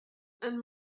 and